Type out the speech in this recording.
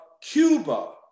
Cuba